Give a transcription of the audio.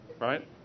Right